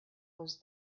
was